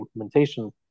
implementation